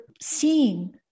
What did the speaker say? seeing